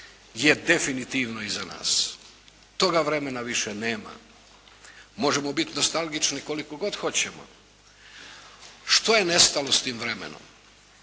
je definitivno iza nas. Toga vremena više nema. Možemo bit nostalgični koliko god hoćemo. Što je nestalo s tim vremenom?